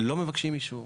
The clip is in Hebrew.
לא מבקשים אישור.